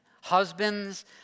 Husbands